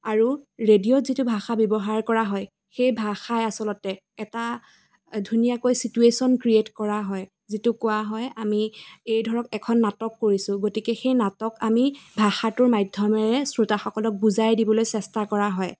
আৰু ৰেডিঅ'ত যিটো ভাষা ব্যৱহাৰ কৰা হয় সেই ভাষাই আচলতে এটা ধুনীয়াকৈ ছিটুৱেশ্যন ক্ৰিয়েট কৰা হয় যিটোক কোৱা হয় আমি এই ধৰক এখন নাটক কৰিছো গতিকে সেই নাটক আমি ভাষাটো মাধ্যমেৰে শ্ৰোতাসকলক বুজাই দিবলৈ চেষ্টা কৰা হয়